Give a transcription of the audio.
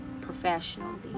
professionally